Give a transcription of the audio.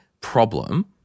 problem